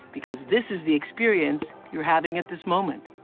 because this is the experience you're having at this moment.